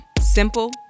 Simple